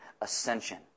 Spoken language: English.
ascension